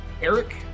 Eric